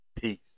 peace